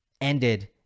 ended